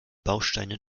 bausteine